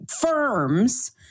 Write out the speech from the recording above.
firms